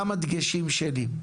כמה דגשים שלי.